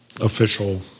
official